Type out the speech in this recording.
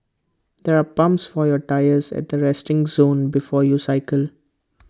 there are pumps for your tyres at the resting zone before you cycle